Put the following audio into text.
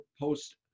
post